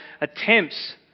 attempts